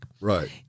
Right